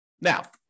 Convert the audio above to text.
Now